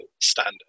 standard